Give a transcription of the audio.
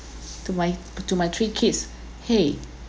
to my to my three kids !hey!